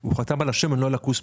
הוא חתם על השמן, לא על הכוספא.